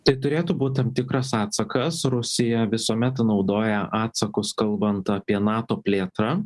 tai turėtų būt tam tikros atsakas rusija visuomet naudoja atsakus kalbant apie nato plėtrą